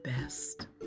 best